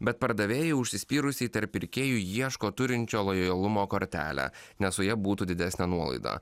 bet pardavėjai užsispyrusiai tarp pirkėjų ieško turinčio lojalumo kortelę nes su ja būtų didesnė nuolaida